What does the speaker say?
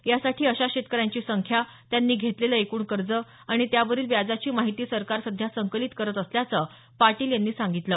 यासाठी अशा शेतकऱ्यांची संख्या त्यांनी घेतलेलं एकूण कर्ज आणि त्यावरील व्याजाची माहिती सरकार सध्या संकलित करत असल्याचं पाटील यांनी सांगितलं